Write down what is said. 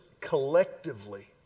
collectively